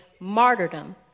martyrdom